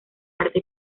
parte